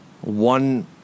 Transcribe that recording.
one